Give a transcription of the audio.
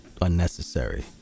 unnecessary